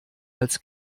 als